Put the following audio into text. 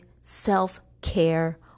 self-care